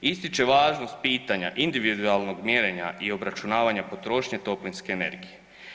Ističe važnost pitanja individualnog mjerenja i obračunavanja potrošnje toplinske energije.